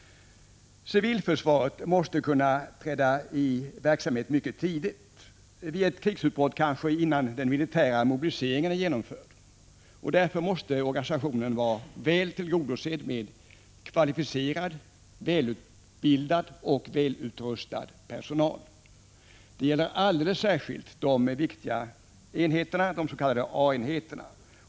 Civilförsvaret måste kunna träda i verksamhet mycket tidigt — vid ett krigsutbrott kanske innan den militära mobiliseringen är genomförd. Därför måste organisationen vara väl tillgodosedd med kvalificerad, välutbildad och välutrustad personal. Detta gäller alldeles särskilt de viktiga enheterna, de s.k. A-enheterna.